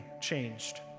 changed